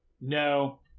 no